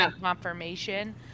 confirmation